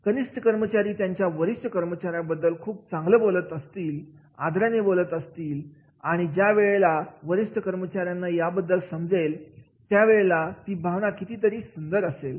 कनिष्ठ कर्मचारी त्याच्या वरिष्ठ कर्मचाऱ्यांना बद्दल खूप चांगलं बोलत असतील आदराने बोलत असतील आणि ज्या वेळेला तर वरिष्ठ कर्मचाऱ्यांना याबद्दल समजेल त्या वेळेला ती भावना कितीतरी सुंदर असेल